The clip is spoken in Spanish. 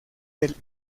del